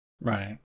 Right